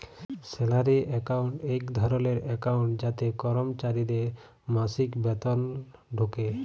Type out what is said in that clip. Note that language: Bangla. স্যালারি একাউন্ট এক ধরলের একাউন্ট যাতে করমচারিদের মাসিক বেতল ঢুকে